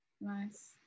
Nice